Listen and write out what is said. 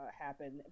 happen